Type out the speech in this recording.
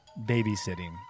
babysitting